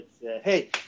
Hey